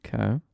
Okay